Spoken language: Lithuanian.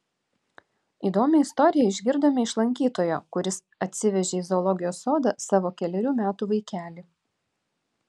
įdomią istoriją išgirdome iš lankytojo kuris atsivežė į zoologijos sodą savo kelerių metų vaikelį